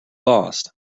lost